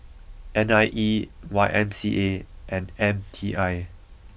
N I E Y M C A and M T I